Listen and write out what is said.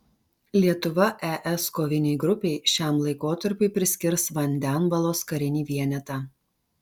lietuva es kovinei grupei šiam laikotarpiui priskirs vandenvalos karinį vienetą